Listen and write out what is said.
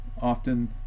often